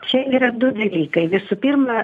čia yra du dalykai visų pirma